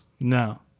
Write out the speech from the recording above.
No